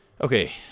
Okay